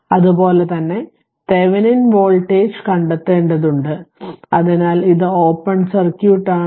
അതുപോലെ തന്നെ Thevenin voltage കണ്ടെത്തേണ്ടതുണ്ട് അതിനാൽ ഇത് ഓപ്പൺ സർക്യൂട്ട് ആണ്